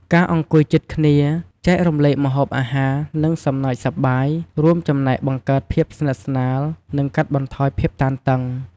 ការអង្គុយជិតគ្នា ចែករំលែកម្ហូបអាហារ និងសំណើចសប្បាយ រួមចំណែកបង្កើតភាពស្និទ្ធស្នាល និងកាត់បន្ថយភាពតានតឹង។